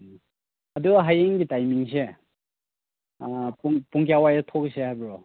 ꯑꯗꯨꯒ ꯍꯌꯦꯡꯒꯤ ꯇꯥꯏꯃꯤꯡꯁꯦ ꯄꯨꯡ ꯄꯨꯡ ꯀꯌꯥ ꯋꯥꯏꯗ ꯊꯣꯛꯁꯦ ꯍꯥꯏꯕ꯭ꯔꯣ